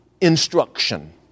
instruction